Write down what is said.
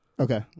Okay